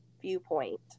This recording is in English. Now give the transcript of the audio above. viewpoint